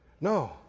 No